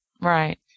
Right